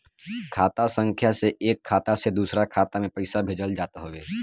खाता संख्या से एक खाता से दूसरा खाता में पईसा भेजल जात हवे